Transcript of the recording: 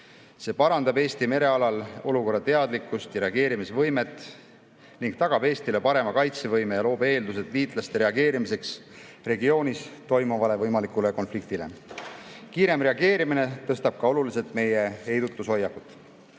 See parandab Eesti merealal olukorrateadlikkust ja reageerimisvõimet ning tagab Eestile parema kaitsevõime ja loob eeldused liitlaste reageerimiseks regioonis toimuvale võimalikule konfliktile. Kiirem reageerimine tõstab ka oluliselt meie heidutushoiakut.